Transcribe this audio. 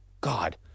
God